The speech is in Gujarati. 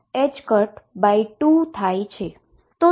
તો તેનો અર્થ શું છે